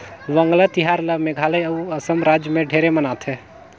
वांगला तिहार ल मेघालय अउ असम रायज मे ढेरे मनाथे